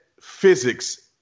physics